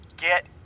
Get